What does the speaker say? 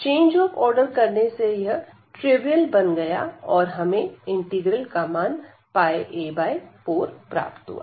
change of order करने से यह त्रिवियल बन गया और हमें इंटीग्रल का मान a 4 प्राप्त हुआ